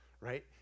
right